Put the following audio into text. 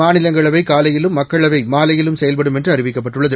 மாநிலங்களவைகாலையிலும் மக்களவைமாலையிலும்செயல்படும்என்றுஅறிவிக்கப்பட்டு ள்ளது